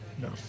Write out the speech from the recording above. No